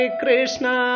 Krishna